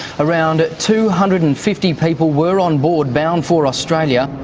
around two hundred and fifty people were on board, bound for australia.